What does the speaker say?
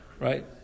Right